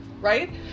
right